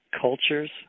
cultures